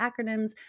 acronyms